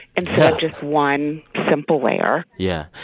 instead of just one simple layer yeah.